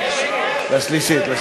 לשלישית.